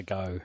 go